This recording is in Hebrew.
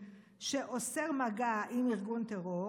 שאוסר מגע עם ארגון טרור,